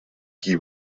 qui